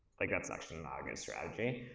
like that's actually not a good strategy.